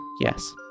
yes